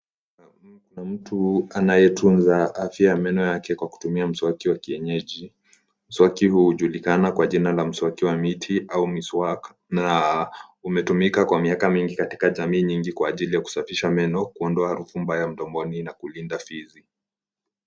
Kuna mtu anayetunza afya ya meno yake kwa kutumia mswaki wa kienyeji. Mswaki huu hujulikana kwa jina la mswaki wa miti au Mswak, na umetumika kwa miaka mingi katika jamii nyingi kwa ajili ya kusafisha meno, kuondoa harufu mbaya mdomoni na kulinda fizi.